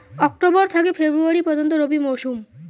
October থাকি ফেব্রুয়ারি পর্যন্ত রবি মৌসুম